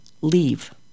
leave